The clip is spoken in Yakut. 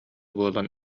буолан